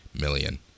million